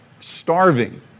starving